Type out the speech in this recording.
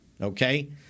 okay